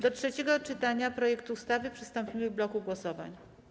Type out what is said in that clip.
Do trzeciego czytania projektu ustawy przystąpimy w bloku głosowań.